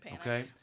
okay